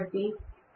కాబట్టి నేను